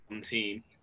team